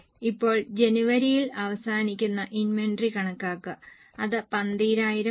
ഇപ്പോൾ ജനുവരിയിൽ അവസാനിക്കുന്ന ഇൻവെന്ററി കണക്കാക്കുക അത് 12000 ആണ്